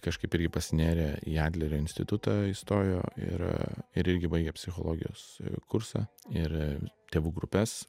kažkaip irgi pasinėrė į adlerio institutą įstojo ir ir irgi baigė psichologijos kursą ir tėvų grupes